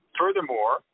furthermore